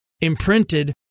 imprinted